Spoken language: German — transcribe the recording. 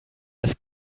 dass